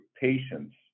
patients